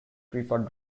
preferred